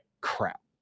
crap